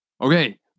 Okay